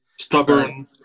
Stubborn